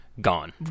Gone